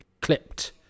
clipped